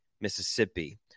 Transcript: Mississippi